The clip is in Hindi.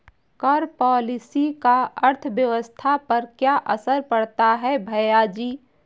कर पॉलिसी का अर्थव्यवस्था पर क्या असर पड़ता है, भैयाजी?